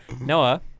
Noah